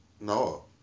No